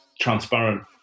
transparent